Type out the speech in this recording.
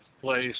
place